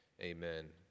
amen